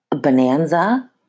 bonanza